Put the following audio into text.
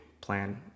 plan